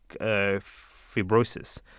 fibrosis